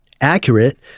accurate